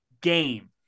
game